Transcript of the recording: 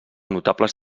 notables